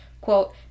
quote